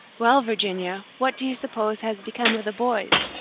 well, virginia, what do you suppose has become of the boys?